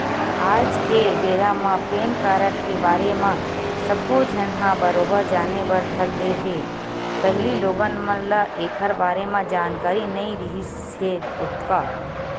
आज के बेरा म पेन कारड के बारे म सब्बो झन ह बरोबर जाने बर धर ले हे पहिली लोगन मन ल ऐखर बारे म जानकारी नइ रिहिस हे ओतका